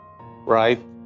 right